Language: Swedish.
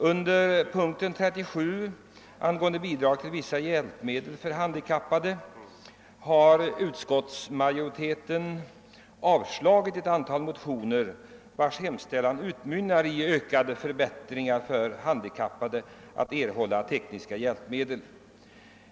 Under punkten 37, angående bidrag till vissa hjälpmedel för handikappade, har utskottsmajoriteten avstyrkt ett antal motioner vilka utmynnar i krav på ökade möjligheter för handikappade att erhålla tekniska hjälpmedel.